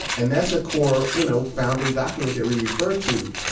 and that's a core, you know, founding document that we refer to,